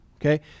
okay